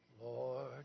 Lord